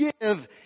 give